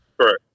Correct